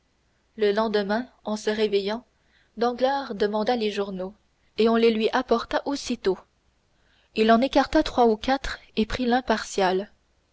le lendemain en se réveillant danglars demanda les journaux on les lui apporta aussitôt il en écarta trois ou quatre et prit